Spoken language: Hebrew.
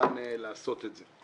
הזמן לעשות את זה.